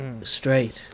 straight